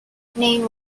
name